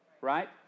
right